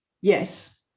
yes